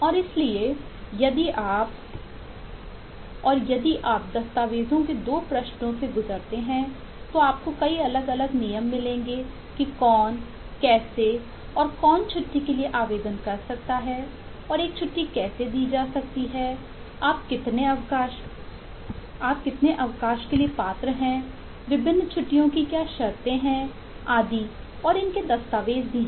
और इसलिए यदि आप और यदि आप दस्तावेज़ के 2 पृष्ठों से गुजरते हैं तो आपको कई अलग अलग नियम मिलेंगे कि कौन कैसे और कौन छुट्टी के लिए आवेदन कर सकता है और एक छुट्टी कैसे दी जा सकती है आप कितने अवकाश पर हैं के लिए पात्र हैं विभिन्न छुट्टीयों की क्या शर्ते हैं आदि और इनके दस्तावेज हैं